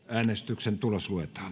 äänestyksen tulos luetaan